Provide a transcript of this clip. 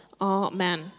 Amen